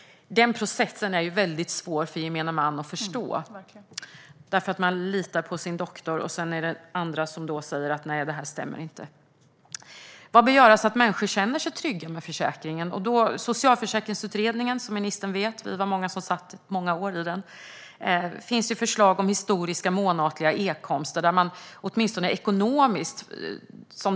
Den processen är svår för gemene man att förstå. : Verkligen!) Man litar på sin doktor. Sedan säger andra att det inte stämmer. Vad bör göras så att människor känner sig trygga med försäkringen? Vi satt många år i den parlamentariska socialförsäkringsutredningen, och i utredningen finns förslag om historiska månatliga e-inkomster.